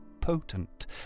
potent